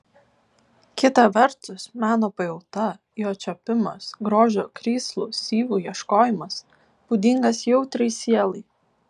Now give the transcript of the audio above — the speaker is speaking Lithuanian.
kita vertus meno pajauta jo čiuopimas grožio krislų syvų ieškojimas būdingas jautriai sielai